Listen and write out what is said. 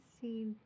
see